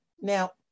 Now